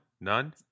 None